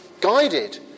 guided